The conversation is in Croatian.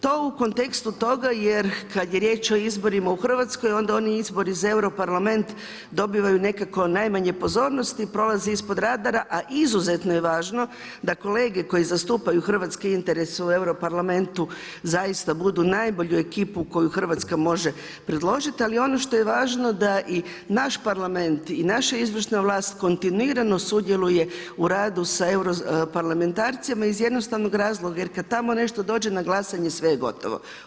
To u kontekstu toga jer kad je riječ o izborima u Hrvatskoj, onda oni izbori za EU Parlament dobivaju nekako najmanje pozornosti, prolazi ispod radara a izuzetno je važno da kolege koji zastupaju hrvatske interese u EU Parlamentu zaista budu najbolja ekipa koja Hrvatska može predložiti, ali ono što je važno da i naš Parlament i naša izvršna vlast kontinuirano sudjeluje u radu sa europarlamentarcima iz jednostavnoga razloga jer kad tamo nešto dođe na glasanje, sve je gotovo.